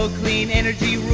clean energy rule,